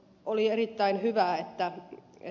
oli erittäin hyvä että ed